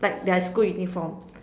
like their school uniform